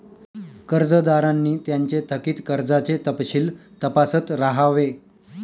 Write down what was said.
कर्जदारांनी त्यांचे थकित कर्जाचे तपशील तपासत राहावे